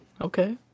Okay